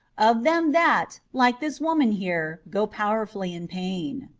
of them that, like this woman here. go powerfully in pain.